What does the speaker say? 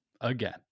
Again